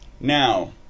Now